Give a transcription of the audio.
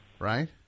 Right